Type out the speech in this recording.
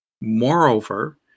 Moreover